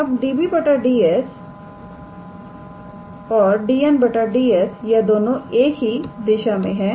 अब 𝑑𝑏̂ 𝑑𝑠 और 𝑑𝑛̂ 𝑑𝑠 यह दोनों एक ही दिशा में है